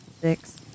six